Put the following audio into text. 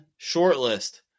shortlist